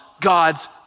God's